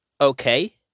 Okay